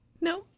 No